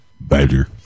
Badger